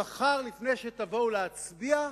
מחר, לפני שתבואו להצביע,